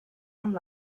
amb